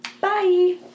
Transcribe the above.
Bye